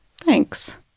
Thanks